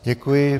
Děkuji.